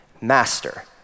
master